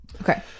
okay